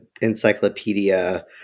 encyclopedia